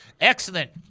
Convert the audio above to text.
Excellent